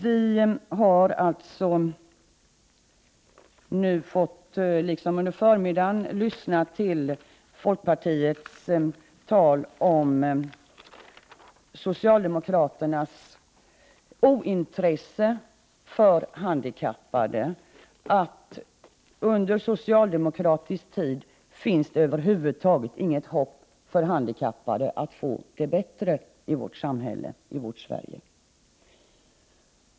Vi har nu i kväll liksom under förmiddagen fått lyssna till folkpartiets tal om socialdemokraternas ointresse för handikappade, att det under socialdemokratisk tid över huvud taget inte finns något hopp för handikappade att få det bättre i vårt samhälle, i vårt Sverige.